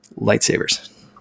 lightsabers